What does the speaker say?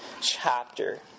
chapter